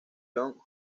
john